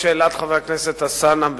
לשאלת חבר הכנסת אלסאנע,